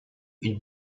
une